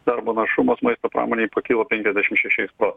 darbo našumas maisto pramonėj pakilo penkiasdešimt šešiais procentais